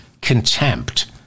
contempt